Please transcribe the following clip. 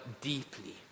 deeply